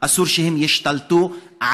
הוא שאסור שהם ישתלטו עליו,